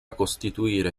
costituire